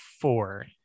four